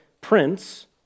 prince